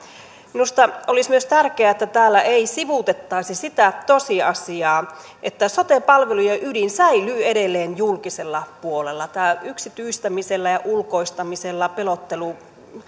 minusta olisi myös tärkeää että täällä ei sivuutettaisi sitä tosiasiaa että sote palvelujen ydin säilyy edelleen julkisella puolella tämä yksityistämisellä ja ulkoistamisella pelottelu